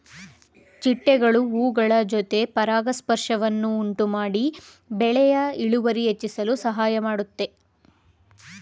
ಚಿಟ್ಟೆಗಳು ಹೂಗಳ ಜೊತೆ ಪರಾಗಸ್ಪರ್ಶವನ್ನು ಉಂಟುಮಾಡಿ ಬೆಳೆಯ ಇಳುವರಿ ಹೆಚ್ಚಿಸಲು ಸಹಾಯ ಮಾಡುತ್ತೆ